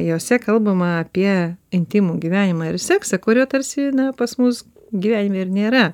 jose kalbama apie intymų gyvenimą ir seksą kurie tarsi na pas mus gyvenime ir nėra